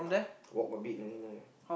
walk a bit only lah